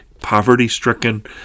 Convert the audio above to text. poverty-stricken